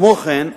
כמו כן,